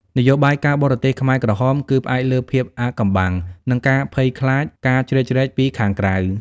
នយោបាយការបរទេសខ្មែរក្រហមគឺផ្អែកលើភាពអាថ៌កំបាំង និងការភ័យខ្លាចការជ្រៀតជ្រែកពីខាងក្រៅ។